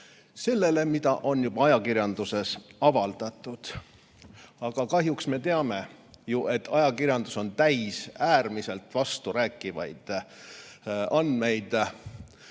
nendele, mis on juba ajakirjanduses avaldatud. Aga kahjuks me teame, et ajakirjandus on täis äärmiselt vasturääkivaid andmeid